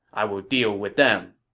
i will deal with them.